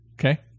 Okay